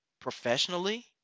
professionally